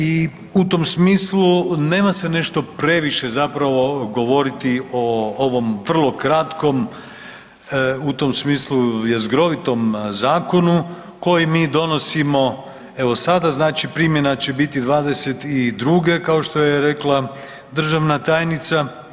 I u tom smislu nema se nešto previše govoriti o ovom vrlo kratkom, u tom smislu jezgrovitom zakonu koji mi donosimo evo sada, znači primjena će biti '22., kao što je rekla državna tajnica.